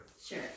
Sure